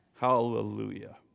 Hallelujah